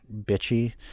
bitchy